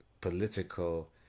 political